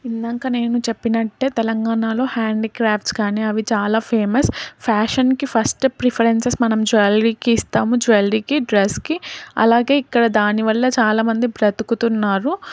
ఇందాక నేను చెప్పినట్టే తెలంగాణలో హ్యాండీక్రాఫ్ట్స్ కానీ అవి చాలా ఫేమస్ ఫ్యాషన్కి ఫస్ట్ ప్రిఫరెన్స్ మనం జ్యువెలరీకి ఇస్తాము జ్యువెలరీకి డ్రెస్కి అలాగే ఇక్కడ దానివల్ల చాలామంది బ్రతుకుతున్నారు